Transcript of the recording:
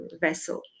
vessel